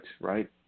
right